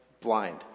blind